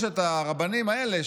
מכיוון ששלושת הרבנים האלה,